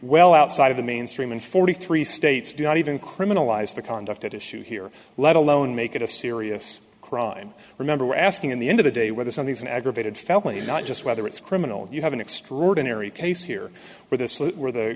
well outside of the mainstream and forty three states do not even criminalize the conduct at issue here let alone make it a serious crime remember we're asking in the end of the day whether something is an aggravated felony not just whether it's criminal and you have an extraordinary case here where this where the